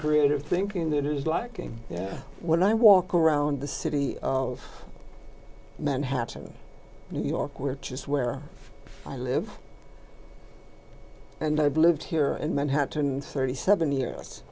creative thinking that is lacking when i walk around the city of manhattan new york we're just where i live and i've lived here in manhattan thirty seven years